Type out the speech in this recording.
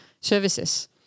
services